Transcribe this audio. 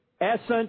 essence